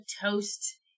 toast